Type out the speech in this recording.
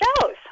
shows